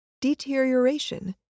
deterioration